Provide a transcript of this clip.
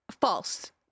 False